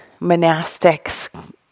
monastics